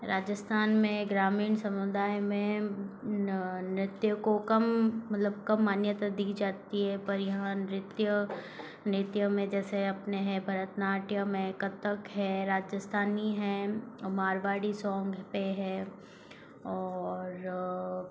राजस्थान में ग्रामीण समुदाय में नृत्य को कम मतलब कम मान्यता दी जाती है पर यहाँ नृत्य नृत्य में जैसे अपने है भरतनाट्यम है कथक है राजस्थानी है मारवाड़ी सॉन्ग पर है और